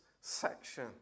section